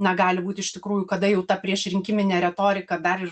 na gali būt iš tikrųjų kada jau ta priešrinkiminė retorika dar ir